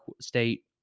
State